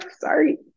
sorry